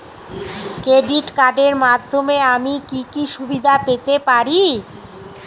Credit কার্ডের মাধ্যমে আমি কি কি সুবিধা পেতে পারি?